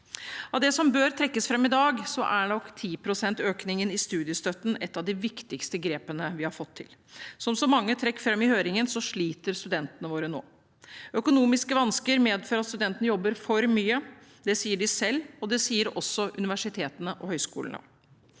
Av det som bør trekkes fram i dag, er nok økningen på 10 pst. i studiestøtten et av de viktigste grepene vi har fått til. Som så mange trakk fram i høringen, sliter studentene våre nå. Økonomiske vansker medfører at studentene jobber for mye – det sier de selv, og det sier også universitetene og høyskolene.